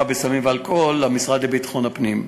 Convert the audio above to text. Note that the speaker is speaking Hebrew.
בסמים ובאלכוהול למשרד לביטחון הפנים.